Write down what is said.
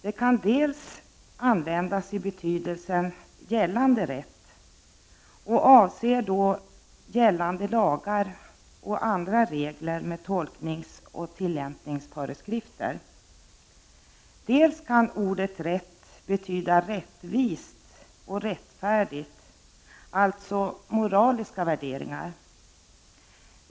Dels kan det användas i betydelsen ”gällande rätt” och avser då gällande lagar och andra regler med tolknings och tillämpningsföreskrifter, dels kan det betyda rättvist och rättfärdigt, alltså uttrycka moraliska värderingar.